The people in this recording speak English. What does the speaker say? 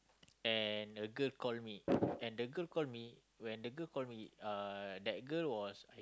and a girl call me and the girl call me when the girl call me uh that girl was I